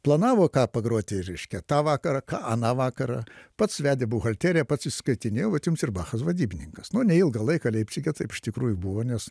planavo ką pagroti reiškia tą vakarą ką aną vakarą pats vedė buhalteriją pats įskaitinėjo vat jums ir bachas vadybininkas nu neilgą laiką leipcige taip iš tikrųjų buvo nes